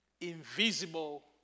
invisible